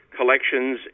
collections